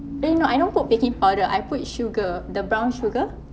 eh no I don't put baking powder I put sugar the brown sugar